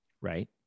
right